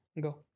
Go